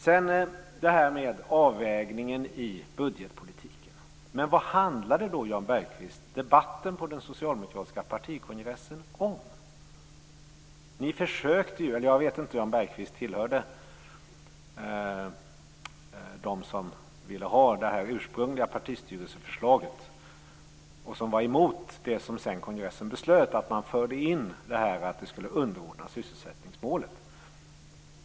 Vad sedan gäller avvägningen i budgetpolitiken undrar jag, Jan Bergqvist, vad debatten på den socialdemokratiska partikongressen handlade om. Jag vet inte om Jan Bergqvist tillhörde dem som stödde det ursprungliga partistyrelseförslaget och som var emot det som kongressen sedan beslöt, nämligen att skuldsaneringen skulle underordnas sysselsättningsmålen.